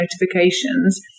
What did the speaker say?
notifications